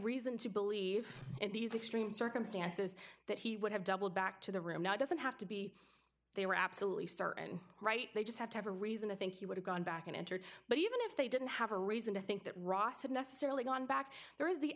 reason to believe in these extreme circumstances that he would have doubled back to the room now doesn't have to be they were absolutely certain right they just have to have a reason to think he would have gone back and entered but even if they didn't have a reason to think that ross had necessarily gone back there is the